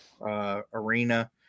arena